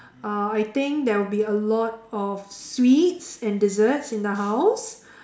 uh I think there will be a lot of sweets and desserts in the house